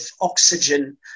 oxygen